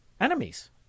enemies